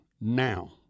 Now